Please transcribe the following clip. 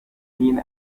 been